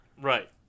Right